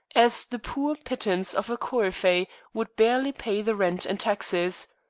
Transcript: as the poor pittance of a coryphee would barely pay the rent and taxes.